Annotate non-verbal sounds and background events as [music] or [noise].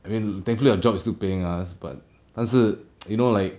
I mean thankfully our job is still paying us but 但是 [noise] you know like